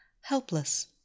helpless